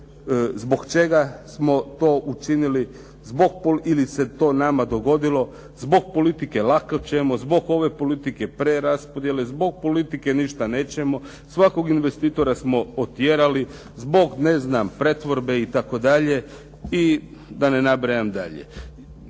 Zbog čega smo to učinili, ili se to nama dogodilo. Zbog politike lako ćemo, zbog ove politike preraspodjele, zbog politike ništa nećemo, svakog investitora smo otjerali zbog pretvorbe itd., i da ne nabrajam dalje.